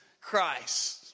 Christ